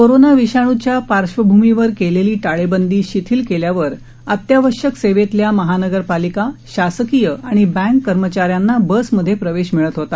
corona विषाणूच्या पार्श्वभूमीवर केलेली टाळेबंदी शिथिल केल्यावर अत्यावश्यक सेवेतल्या महानगरपालिका शासकीय आणि बँक कर्मचाऱ्यांना बसमध्ये प्रवेश मिळत होता